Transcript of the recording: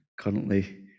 currently